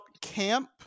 camp